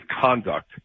conduct